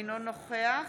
אינו נוכח